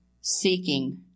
seeking